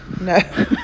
No